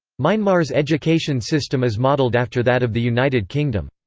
myanmar's education system is modelled after that of the united kingdom.